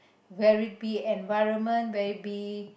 where it be environment where it be